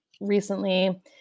recently